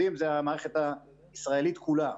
יודעים, זה המערכת הישראלית כולה,